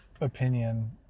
opinion